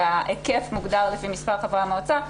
שההיקף מוגדר לפי מספר חברי המועצה.